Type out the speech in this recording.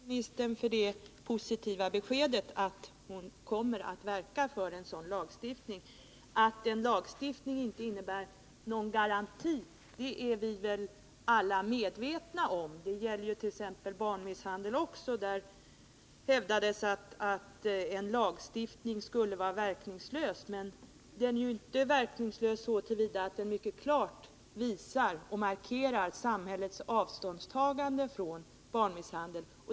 Herr talman! Jag tackar sjukvårdsministern för det positiva beskedet att hon kommer att verka för en sådan lagstiftning. Att en lagstiftning inte är någon garanti är vi väl alla medvetna om. Det gäller t.ex. barnmisshandel också. Där hävdades att en lagstiftning skulle vara verkningslös, men den är ju inte verkningslös så till vida som den mycket klart markerar samhällets avståndstagande från barnmisshandel.